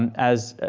and as,